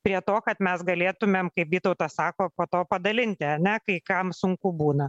prie to kad mes galėtumėm kaip vytautas sako po to padalinti ane kai kam sunku būna